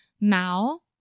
now